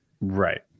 Right